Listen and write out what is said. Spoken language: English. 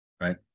right